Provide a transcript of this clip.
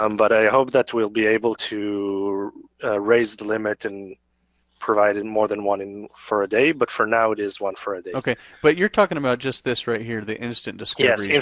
um but i hope that we'll be able to raise the limit and provide and more than one for a day, but for now it is one for a day. but you're talking about just this right here, the instant discoveries.